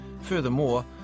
Furthermore